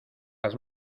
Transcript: las